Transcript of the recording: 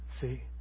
See